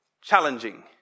Challenging